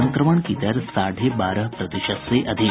संक्रमण की दर साढ़े बारह प्रतिशत से अधिक